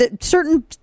certain